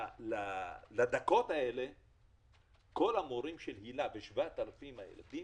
כל המורים של היל"ה ו-7,000 הילדים,